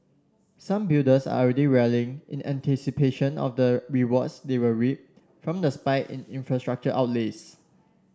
some builders are already rallying in anticipation of the rewards they will reap from the spike in infrastructure outlays